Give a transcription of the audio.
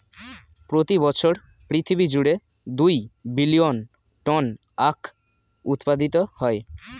প্রতি বছর পৃথিবী জুড়ে দুই বিলিয়ন টন আখ উৎপাদিত হয়